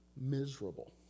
miserable